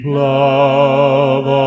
love